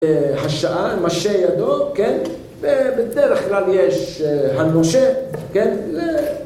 ‫השעה, משה ידו, כן? ‫ובדרך כלל יש הנושה, כן?